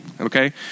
okay